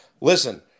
Listen